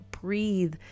breathe